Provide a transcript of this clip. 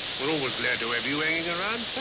we're always glad to have you hanging around.